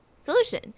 solution